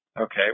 Okay